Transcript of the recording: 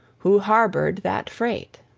who harbored that freight!